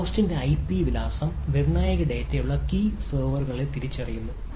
ഹോസ്റ്റിന്റെ IP വിലാസം നിർണായക ഡാറ്റയുള്ള കീ സെർവറുകളെ തിരിച്ചറിയുന്നു